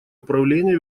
управления